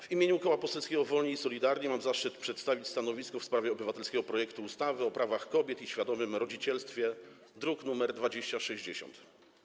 W imieniu Koła Poselskiego Wolni i Solidarni mam zaszczyt przedstawić stanowisko w sprawie obywatelskiego projektu ustawy o prawach kobiet i świadomym rodzicielstwie, druk nr 2060.